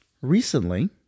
Recently